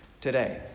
today